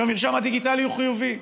המרשם הדיגיטלי הוא חיובי.